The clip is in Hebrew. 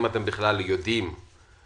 אני כמעט שלוש שנים במשרד השיכון,